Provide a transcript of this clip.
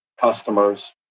customers